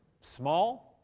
small